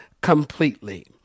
completely